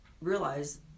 realize